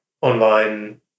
online